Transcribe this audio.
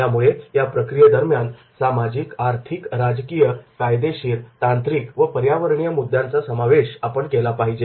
त्यामुळे या प्रक्रियेदरम्यान सामाजिक आर्थिक राजकीय कायदेशीर तांत्रिक व पर्यावरणीय मुद्द्यांचा समावेश आपण केला पाहिजे